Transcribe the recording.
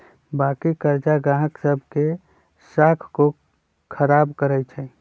बाँकी करजा गाहक सभ के साख को खराब करइ छै